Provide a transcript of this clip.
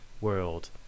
world